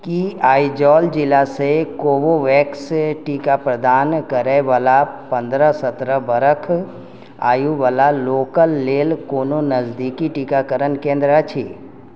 की आइजॉल जिला से कोवोवेक्स टीका प्रदान करए वला पन्द्रह सत्रह बरख आयु वला लोकल लेल कोनो नजदीकी टीकाकरण केंद्र अछि